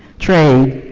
trade,